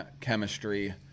chemistry